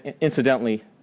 Incidentally